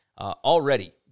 Already